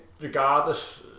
regardless